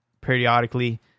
periodically